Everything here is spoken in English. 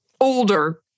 older